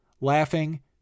laughing